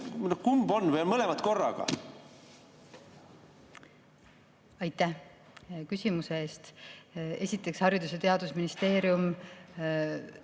Kumb on või on mõlemad korraga? Aitäh küsimuse eest! Esiteks, Haridus‑ ja Teadusministeerium